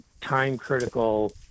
time-critical